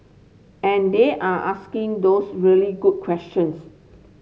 and they're asking those really good questions